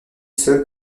seul